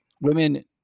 women